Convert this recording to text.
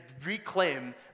reclaim